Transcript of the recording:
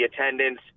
attendance